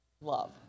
Love